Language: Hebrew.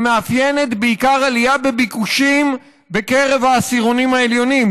שמתאפיינת בעיקר בעלייה בביקושים בקרב העשירונים העליונים,